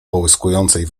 połyskującej